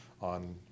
on